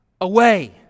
away